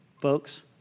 folks